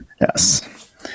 Yes